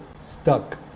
stuck